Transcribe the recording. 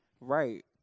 Right